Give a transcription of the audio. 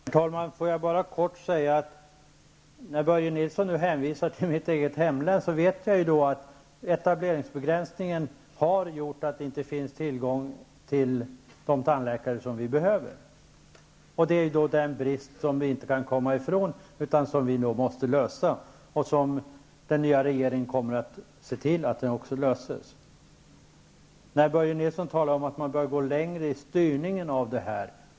Herr talman! Får jag bara kort säga, när nu Börje Nilsson hänvisar till mitt hemlän, att jag vet att etableringsbegränsningen har gjort att det inte finns tillgång till så många tandläkare som vi behöver. Det är en brist som vi inte kan komma ifrån utan som vi måste avhjälpa. Den nya regeringen kommer att se till att frågan löses. Börje Nilsson talar om att man måste gå ännu längre i fråga om styrning.